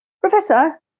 Professor